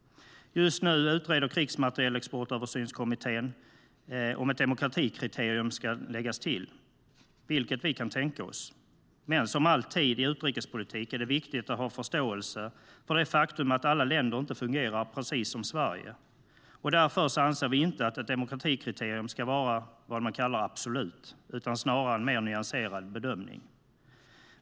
Just nu utreder Krigsmaterielexportöversynskommittén om ett demokratikriterium ska läggas till, vilket vi kan tänka oss. Men som alltid i utrikespolitik är det viktigt att ha förståelse för att alla länder inte fungerar precis som Sverige. Därför anser vi inte att ett demokratikriterium ska vara vad man kallar absolut, utan snarare en mer nyanserad bedömning.